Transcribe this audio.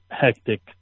hectic